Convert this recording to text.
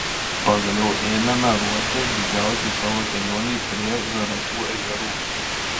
pagaliau ėmėme ruoštis didžiausiai savo kelionei prie zarasų ežerų